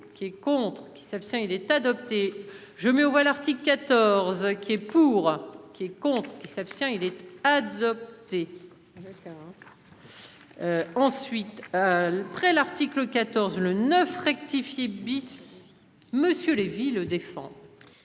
qui est contre qui s'abstient il est adopté. Je mets aux voix l'article 14 qui est pour qui est compte qui s'abstient il est adopté. Ah d'accord. Ensuite. Près l'article 14, le 9 rectifier bis monsieur Lévy le défend.